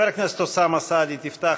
חבר הכנסת אוסאמה סעדי, תפתח